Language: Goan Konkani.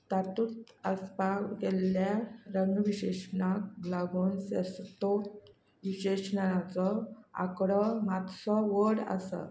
तातूंत आसपाव केल्ल्या रंग विशेशणाक लागून विशेशणाचो आंकडो मातसो व्हड आसा